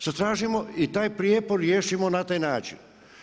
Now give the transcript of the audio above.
Zatražimo i taj prijepor riješimo na taj način.